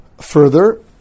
Further